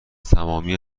تمامی